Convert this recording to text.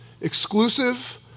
exclusive